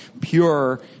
pure